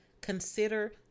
consider